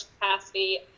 capacity